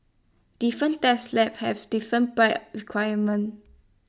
different test labs have different price requirements